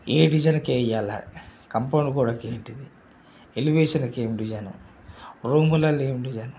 ఏ డిజైనుకు వేయాలి కాంపౌండ్ గోడకు ఏంటిది ఎలివేషన్కి ఏం డిజైను రూములకు ఏం డిజైను